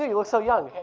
look so young.